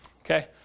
Okay